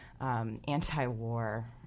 anti-war